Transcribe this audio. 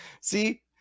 See